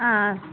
ആ